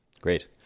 Great